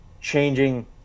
changing